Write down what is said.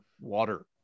water